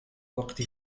وقت